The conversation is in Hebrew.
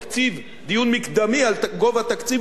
דיון מקדמי על גובה תקציב הביטחון,